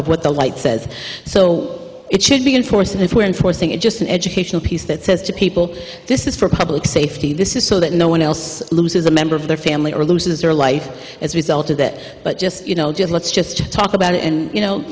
of what the light says so it should be enforced and if we're enforcing it just an educational p c it says to people this is for public safety this is so that no one else loses a member of their family or loses their life as a result of that but just you know let's just talk about it and you know